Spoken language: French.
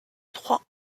trois